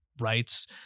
rights